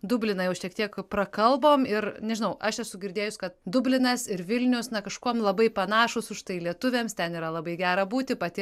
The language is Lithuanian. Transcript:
dubliną jau šiek tiek prakalbom ir nežinau aš esu girdėjus kad dublinas ir vilnius na kažkuom labai panašūs užtai lietuviams ten yra labai gera būti pati